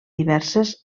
diverses